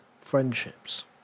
friendships